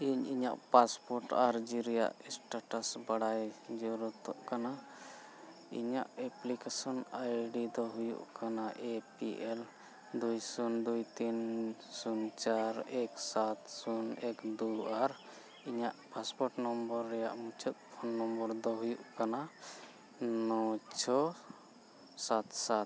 ᱤᱧ ᱤᱧᱟᱹᱜ ᱯᱟᱥᱯᱚᱨᱴ ᱟᱹᱨᱡᱤ ᱨᱮᱭᱟᱜ ᱥᱴᱮᱴᱟᱥ ᱵᱟᱲᱟᱭ ᱡᱚᱨᱩᱛᱚᱜ ᱠᱟᱱᱟ ᱤᱧᱟᱹᱜ ᱮᱯᱞᱤᱠᱮᱥᱚᱱ ᱟᱭᱰᱤ ᱫᱚ ᱦᱩᱭᱩᱜ ᱠᱟᱱᱟ ᱮ ᱯᱤ ᱮᱞ ᱫᱩᱭ ᱥᱩᱱ ᱥᱩᱱ ᱛᱤᱱ ᱥᱩᱱ ᱪᱟᱨ ᱮᱠ ᱥᱟᱛ ᱥᱩᱱ ᱮᱠ ᱫᱩ ᱟᱨ ᱤᱧᱟᱹᱜ ᱯᱟᱥᱯᱳᱨᱴ ᱱᱚᱢᱵᱚᱨ ᱨᱮᱭᱟᱜ ᱢᱩᱪᱟᱹᱫ ᱱᱚᱢᱵᱚᱨ ᱫᱚ ᱦᱩᱭᱩᱜ ᱠᱟᱱᱟ ᱱᱚ ᱪᱷᱚ ᱥᱟᱛ ᱥᱟᱛ